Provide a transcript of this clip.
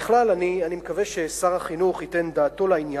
בכלל, אני מקווה ששר החינוך ייתן דעתו לעניין.